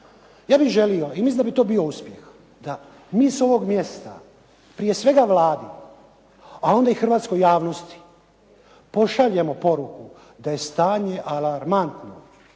Ja bih želio i mislim da bi to bio uspjeh, da mi sa ovog mjesta, prije svega Vladi a onda i hrvatskoj javnosti pošaljemo poruku da je stanje alarmantno,